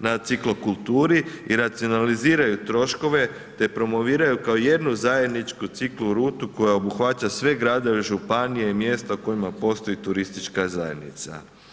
na ciklo kulturi i racionaliziraju troškove te promoviraju kao jednu zajedničku ciklo rutu koja obuhvaća sve gradove, županije i mjesta u kojima postoji turistička zajednica.